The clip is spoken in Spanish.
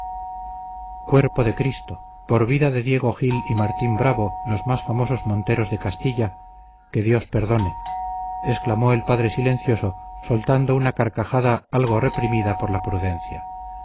cuerpo de cristo por vida de diego gil y martín bravo los más famosos monteros de castilla que dios perdone exclamó el padre silencioso soltando una carcajada algo reprimida por la prudencia